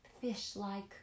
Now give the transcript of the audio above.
fish-like